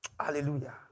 Hallelujah